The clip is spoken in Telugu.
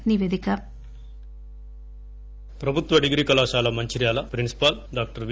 ఒక నిపేదిక ప్రభుత్వ డిగ్రీ కళాశాల మంచిర్యాల ప్రిన్సిపాల్ డాక్టర్ వి